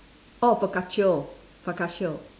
oh focaccia focaccia